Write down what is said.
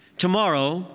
Tomorrow